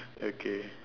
okay